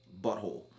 butthole